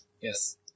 Yes